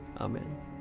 Amen